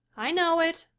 i know it,